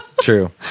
True